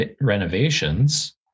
renovations